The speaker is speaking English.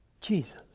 Jesus